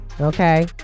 Okay